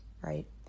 right